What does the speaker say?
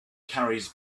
carries